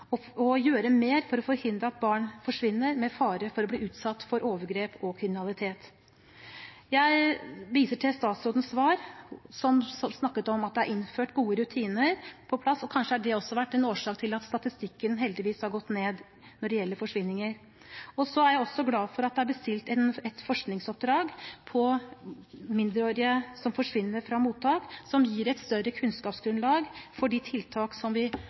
og gjøre mer for å forhindre at barn forsvinner med fare for å bli utsatt for overgrep og kriminalitet. Jeg viser til statsrådens svar. Han snakket om at det er innført gode rutiner, og kanskje har det også vært en årsak til at statistikken heldigvis har gått ned når det gjelder forsvinninger. Jeg er også glad for at det er bestilt et forskningsoppdrag som gjelder mindreårige som forsvinner fra mottak, som da vil gi et større kunnskapsgrunnlag for de tiltak vi